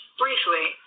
briefly